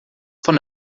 von